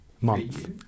month